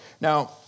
Now